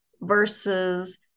versus